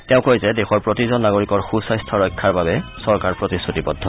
তেওঁ কয় যে দেশৰ প্ৰতিজন নাগৰিকব সুস্বাস্থ্য ৰক্ষাৰ বাবে চৰকাৰ প্ৰতিশ্ৰতিবদ্ধ